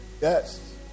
yes